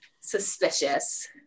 suspicious